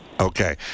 Okay